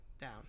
Down